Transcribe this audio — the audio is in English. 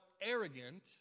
arrogant